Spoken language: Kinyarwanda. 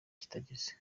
kitageze